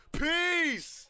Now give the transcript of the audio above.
peace